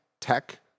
Tech